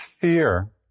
fear